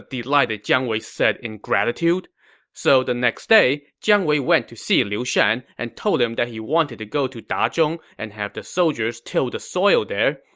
delighted jiang wei said in gratitude so the next day, jiang wei went to see liu shan and told him he wanted to go to dazhong and have the soldiers till the soil there.